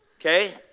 Okay